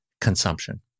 consumption